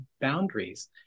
boundaries